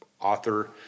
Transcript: author